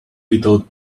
without